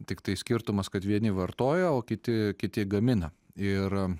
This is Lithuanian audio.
tiktai skirtumas kad vieni vartoja o kiti kiti gamina ir